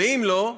ואם לא?